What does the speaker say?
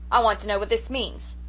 i want to know what this means.